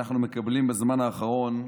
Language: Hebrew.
מקבלים בזמן האחרון,